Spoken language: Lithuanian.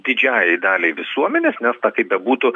didžiajai daliai visuomenės nes na kaip bebūtų